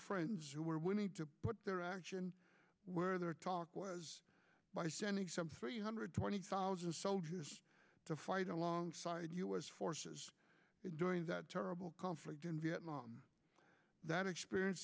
friends who were willing to put their action where their talk was by sending some three hundred twenty thousand soldiers to fight alongside u s forces during that terrible conflict in vietnam that experience